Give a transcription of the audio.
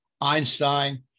Einstein